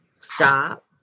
stop